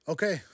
Okay